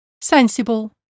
sensible